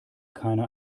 keiner